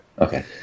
Okay